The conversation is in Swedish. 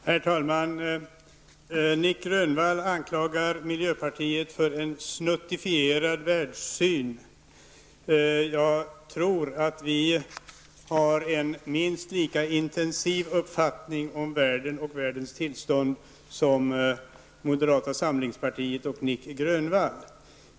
Herr talman! Nic Grönvall anklagar miljöpartiet för att ha en snuttifierad världssyn. Jag tror att vi har en minst lika intensiv uppfattning om världen och dess tillstånd som moderata samlingspartiet och Nic Grönvall.